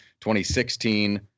2016